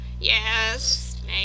Yes